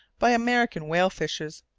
by american whale fishers.